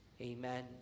Amen